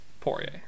Poirier